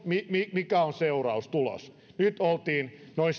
mikä on tulos nyt oltiin noin